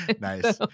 nice